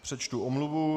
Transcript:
Přečtu omluvu.